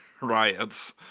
riots